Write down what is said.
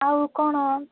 ଆଉ କ'ଣ